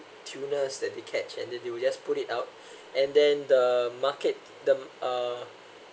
tunas that they catch and then they will just put it out and then the market the m~ uh